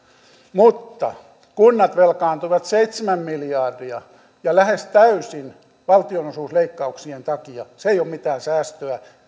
mutta kunnat velkaantuivat seitsemän miljardia ja lähes täysin valtionosuusleikkauksien takia se ei ole mitään säästöä että